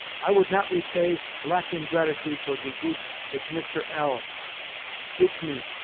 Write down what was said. i would not repay black ingratitude for ze goot which mister l dit me,